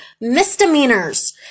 misdemeanors